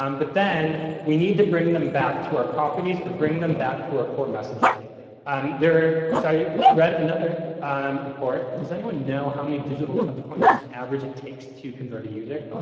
um but then we need to bring them back to our properties or bring them back to our core messaging um there. so, i read another um report. does anyone know how many digital touch points on average it takes to convert a user?